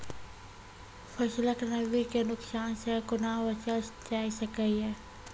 फसलक नमी के नुकसान सॅ कुना बचैल जाय सकै ये?